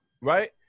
right